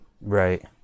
Right